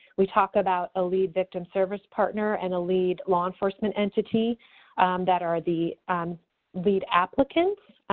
we talk about a lead victim service partner and a lead law enforcement entity that are the um lead applicants,